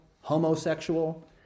homosexual